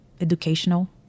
educational